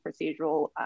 procedural